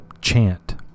chant